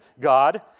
God